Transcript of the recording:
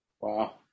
Wow